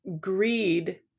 greed